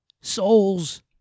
souls